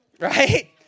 right